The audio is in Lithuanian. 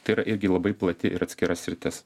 tai irgi labai plati ir atskira sritis